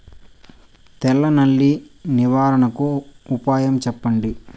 తెల్ల నల్లి నివారణకు ఉపాయం చెప్పండి?